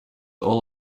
all